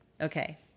Okay